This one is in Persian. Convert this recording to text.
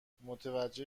متوجه